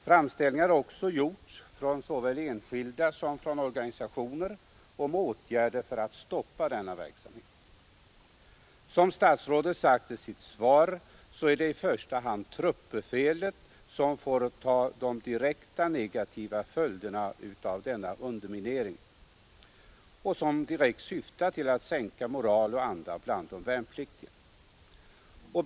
Framställningar har också gjorts från såväl enskilda som organisationer om åtgärder för att stoppa denna verk svar är det i första hand truppbefälet, som får ta de direkta negativa följderna av denna underminering som direkt syftar till att sänka moral och anda bland de värnpliktiga.